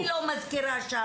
מה היא לא מזכירה שם?